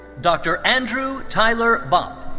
dr. andrew tyler bopp.